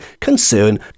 concern